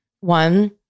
one